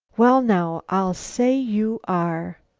well, now, i'll say you are!